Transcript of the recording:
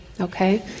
okay